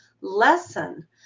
lesson